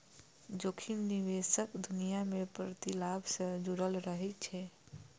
जोखिम निवेशक दुनिया मे प्रतिलाभ सं जुड़ल रहै छै